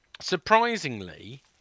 surprisingly